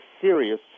serious